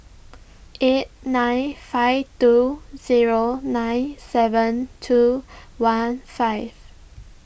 eight nine five two zero nine seven two one five